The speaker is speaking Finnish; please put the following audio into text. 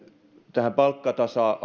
tästä palkkatasa